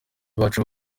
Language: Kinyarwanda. bacu